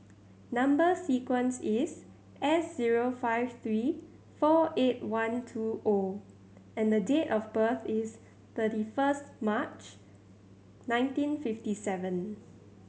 number sequence is S zero five three four eight one two O and date of birth is thirty first March nineteen fifty seven